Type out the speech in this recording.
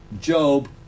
Job